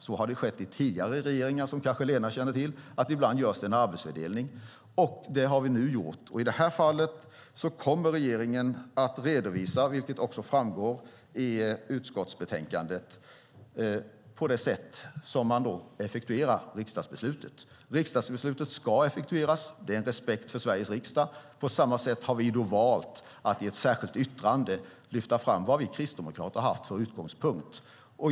Så har skett i tidigare regeringar, som Lena kanske känner till. Det har vi nu gjort. I det här fallet kommer regeringen att redovisa, vilket framgår i utskottsbetänkandet, hur riksdagsbeslutet ska effektueras. Riksdagsbeslutet ska effektueras. Det är respekt för Sveriges riksdag. På samma sätt har Kristdemokraterna valt att i ett särskilt yttrande lyfta fram vad vi kristdemokrater har haft för utgångspunkt.